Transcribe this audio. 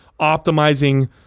optimizing